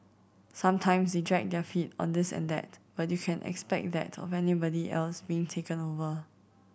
sometimes they dragged their feet on this and that but you can expect that of anybody else being taken over